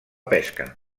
pesca